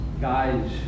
guys